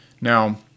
Now